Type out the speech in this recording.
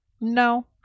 No